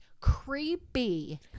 creepy